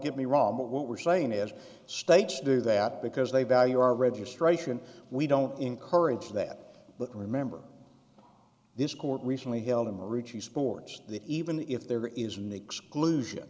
get me wrong but what we're saying is states do that because they value our registration we don't encourage that but remember this court recently held in the ricci sports that even if there is an exclusion